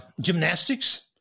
gymnastics